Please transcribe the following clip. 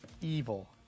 evil